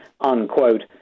unquote